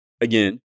again